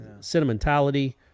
sentimentality